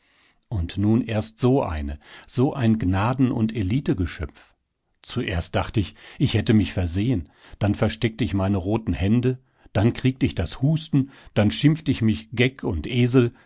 und nun erst so eine so ein gnaden und elitegeschöpf zuerst dacht ich ich hätte mich versehen dann versteckt ich meine roten hände dann kriegt ich das husten dann schimpft ich mich geck und esel